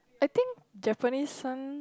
I think Japanese one